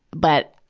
but,